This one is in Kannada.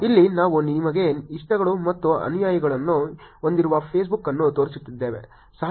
ಇಲ್ಲಿ ನಾವು ನಿಮಗೆ ಇಷ್ಟಗಳು ಮತ್ತು ಅನುಯಾಯಿಗಳನ್ನು ಹೊಂದಿರುವ ಫೇಸ್ಬುಕ್ ಅನ್ನು ತೋರಿಸುತ್ತಿದ್ದೇವೆ